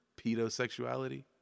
Pedosexuality